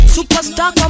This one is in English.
Superstar